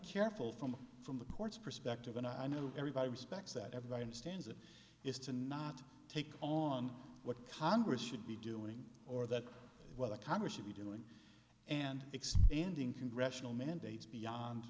careful from from the courts perspective and i know everybody respects that everybody understands it is to not take on what congress should be doing or that what the congress should be doing and expanding congressional mandates beyond